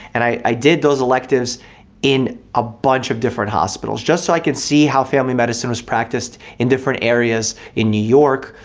and i did those electives in a bunch of different hospitals, just so i could see how family medicine is practiced in different areas in new york.